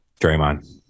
Draymond